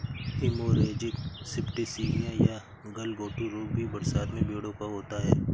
haemorrhagic septicaemia या गलघोंटू रोग भी बरसात में भेंड़ों को होता है